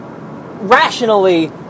rationally